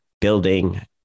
building